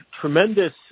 tremendous